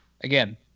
again